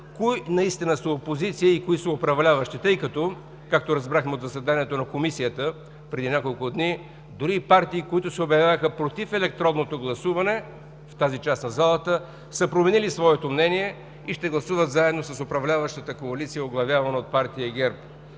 кои наистина са опозиция и кои са управляващи, тъй като, както разбрахме от заседанието на Комисията преди няколко дни, дори и партии, които се обявяваха против електронното гласуване, в тази част на залата, са променили своето мнение и ще гласуват заедно с управляващата коалиция, оглавявана от партия ГЕРБ.